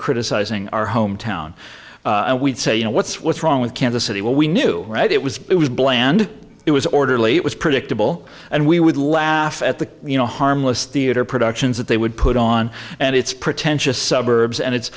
criticizing our hometown and we'd say you know what's what's wrong with kansas city well we knew right it was it was bland it was orderly it was predictable and we would laugh at the you know harmless theater productions that they would put on and it's pretentious suburbs and it's